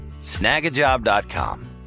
snagajob.com